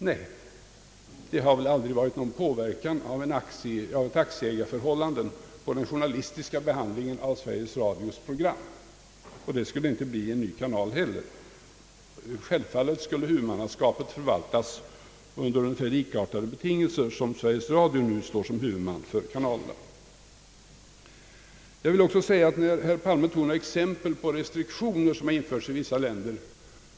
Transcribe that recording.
Nej, det har väl aldrig förekommit någon påverkan av ett aktieägarförhållande på den journalistiska behandlingen av programmen, och det skulle inte heller bli fallet med en ny kanal. Självfallet skulle huvudmannaskapet förvaltas under ungefär likartade betingelser som sker när Sveriges Radio står som huvudman för kanalerna. Herr Palme tog några exempel på restriktioner som införts i vissa länder.